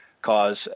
cause